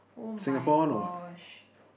Singapore no what